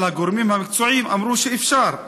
אבל הגורמים המקצועיים אמרו שאפשר.